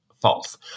false